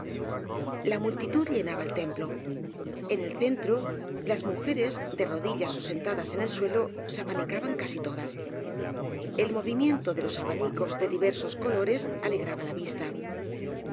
la multitud llenaba el templo en el centro las mujeres de rodillas ó sentadas en el suelo se aba nicaban casi todas el movimiento de los abanicos de diversos colores alegraba la vista